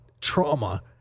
trauma